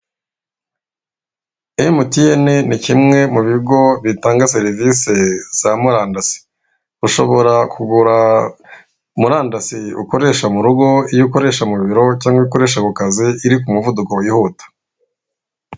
MTN nikimwe mu bigo bitanga serivisi za murandasi ushobora kugura murandasi ukoresha mu rugo iyo ukoresha mubiro cyangwa iyo ukoresha kukazi iri kumuvuduko wihuta.